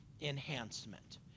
enhancement